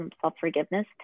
self-forgiveness